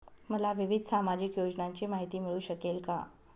मला विविध सामाजिक योजनांची माहिती मिळू शकेल का?